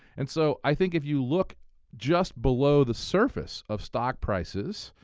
and so i think if you look just below the surface of stock prices,